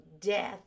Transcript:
death